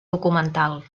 documental